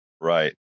Right